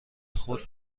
خود